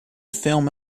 film